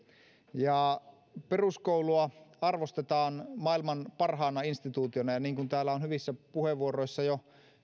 peruskoulua arvostetaan maailman parhaana instituutiona ja niin kuin täällä on hyvissä puheenvuoroissa jo